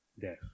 death